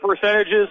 percentages